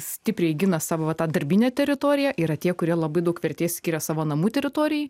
stipriai gina savo tą darbinę teritoriją yra tie kurie labai daug vertės skiria savo namų teritorijai